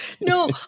No